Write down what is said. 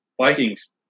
Vikings—